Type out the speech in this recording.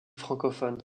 francophone